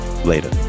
later